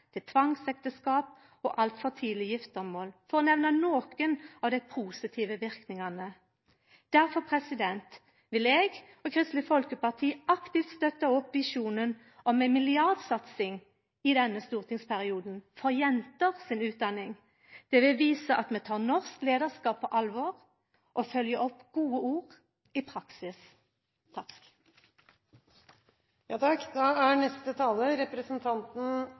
til tvangsekteskap og altfor tidleg giftarmål – for å nemna nokre av dei positive verknadene. Difor vil eg og Kristeleg Folkeparti aktivt støtta opp visjonen om ei milliardsatsing for jenter si utdanning i denne stortingsperioden. Det vil visa at vi tar norsk leiarskap på alvor og følgjer opp gode ord i praksis.